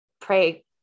pray